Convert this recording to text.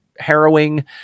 harrowing